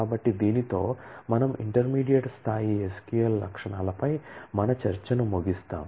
కాబట్టి దీనితో మనము ఇంటర్మీడియట్ స్థాయి SQL లక్షణాలపై మన చర్చను ముగిస్తాము